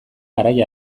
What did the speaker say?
garai